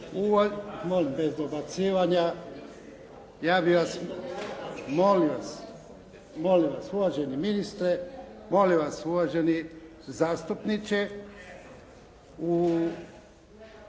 Molim bez dobacivanja. Ja bih vas, molim vas, uvaženi ministre, molim vas uvaženi zastupniče.